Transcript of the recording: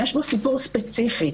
יש בו סיפור ספציפי,